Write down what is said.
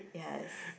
yes